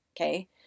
Okay